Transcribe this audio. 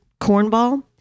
cornball